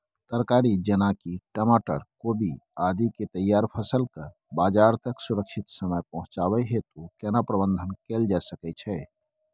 तरकारी जेना की टमाटर, कोबी आदि के तैयार फसल के बाजार तक सुरक्षित समय पहुँचाबै हेतु केना प्रबंधन कैल जा सकै छै?